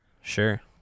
Sure